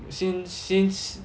sin~ since